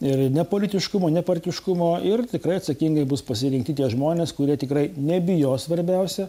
ir nepolitiškumo nepartiškumo ir tikrai atsakingai bus pasirinkti tie žmonės kurie tikrai nebijos svarbiausia